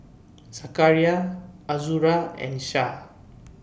Zakaria Azura and Syah